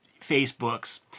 Facebooks